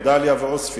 דאליה ועוספיא,